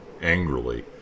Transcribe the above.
Angrily